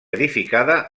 edificada